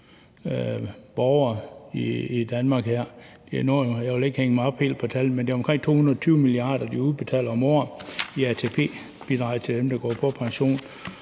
borgere her i Danmark. Man må ikke hænge mig helt op på tallet, men det er omkring 220 mia. kr., de udbetaler om året i ATP-bidrag til dem, der går på pension,